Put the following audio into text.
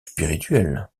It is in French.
spirituelle